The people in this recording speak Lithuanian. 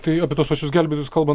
tai apie tuos pačius gelbėtojus kalbant